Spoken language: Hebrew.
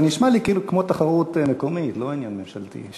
זה נשמע לי כמו תחרות מקומית, לא עניין ממשלתי.